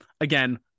again